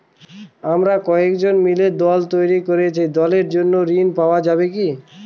আমরা কয়েকজন মিলে দল তৈরি করেছি দলের জন্য ঋণ পাওয়া যাবে কি?